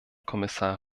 kommissar